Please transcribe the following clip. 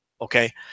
Okay